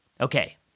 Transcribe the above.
Okay